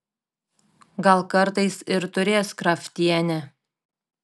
gal kartais ir turės kraftienė